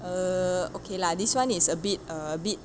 err okay lah this one is a bit uh a bit